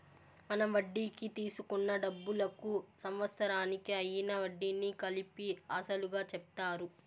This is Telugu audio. మనం వడ్డీకి తీసుకున్న డబ్బులకు సంవత్సరానికి అయ్యిన వడ్డీని కలిపి అసలుగా చెప్తారు